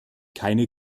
keine